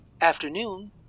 Afternoon